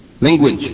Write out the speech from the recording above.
Language